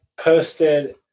posted